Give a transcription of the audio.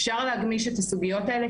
אפשר להגמיש את הסוגיות האלה,